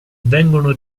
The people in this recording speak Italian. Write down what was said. vengono